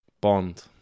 Bond